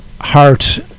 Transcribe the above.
heart